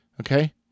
Okay